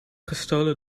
gestolen